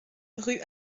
rue